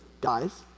guys